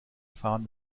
fahren